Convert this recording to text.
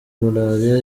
malariya